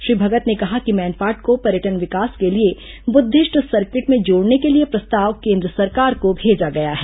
श्री भगत ने कहा कि मैनपाट को पर्यटन विकास के लिए बुद्विष्ट सर्किट में जोड़ने के लिए प्रस्ताव केन्द्र सरकार को भेजा गया है